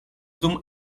dum